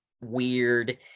weird